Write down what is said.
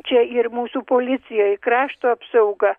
čia ir mūsų policijai krašto apsauga